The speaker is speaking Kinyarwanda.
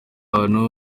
ahantu